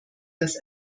das